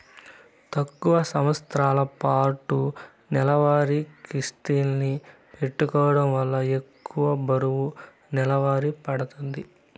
తక్కువ సంవస్తరాలపాటు నెలవారీ కిస్తుల్ని పెట్టుకోవడం వల్ల ఎక్కువ బరువు నెలవారీ పడతాంది